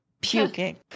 puking